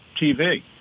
TV